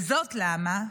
וזאת למה?